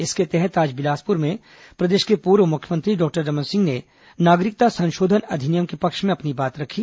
इसके तहत आज बिलासपुर में प्रदेश के पूर्व मुख्यमंत्री डॉक्टर रमन सिंह ने नागरिकता संशोधन अधिनियम के पक्ष में अपनी बात रखी